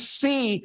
see